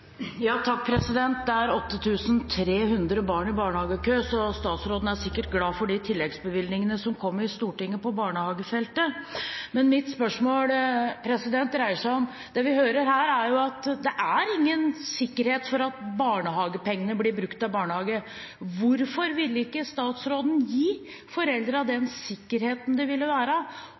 sikkert glad for de tilleggsbevilgningene som kom i Stortinget på barnehagefeltet. Det vi hører her, er at det er ingen sikkerhet for at barnehagepengene blir brukt til barnehager. Mitt spørsmål er derfor: Hvorfor vil ikke statsråden gi foreldrene den sikkerheten det ville være